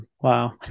Wow